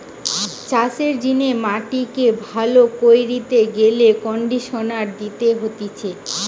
চাষের জিনে মাটিকে ভালো কইরতে গেলে কন্ডিশনার দিতে হতিছে